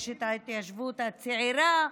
יש את ההתיישבות הצעירה,